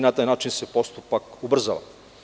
Na taj način se postupak ubrzava.